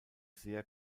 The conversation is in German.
sehr